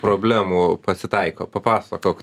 problemų pasitaiko papasakok